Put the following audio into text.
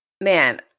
man